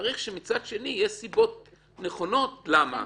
צריך שמצד שני יהיו סיבות נכונות למה.